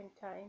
time